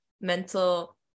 mental